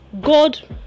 god